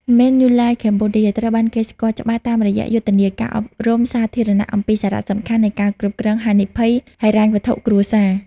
Manulife Cambodia ត្រូវបានគេស្គាល់ច្បាស់តាមរយៈយុទ្ធនាការអប់រំសាធារណៈអំពីសារៈសំខាន់នៃ ការគ្រប់គ្រងហានិភ័យ ហិរញ្ញវត្ថុគ្រួសារ។